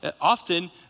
Often